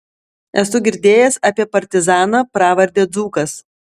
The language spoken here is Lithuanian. esu girdėjęs apie partizaną pravarde dzūkas